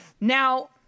Now